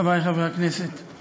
חברי חברי הכנסת,